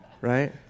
Right